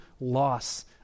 loss